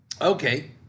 okay